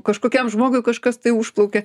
kažkokiam žmogui kažkas tai užplaukė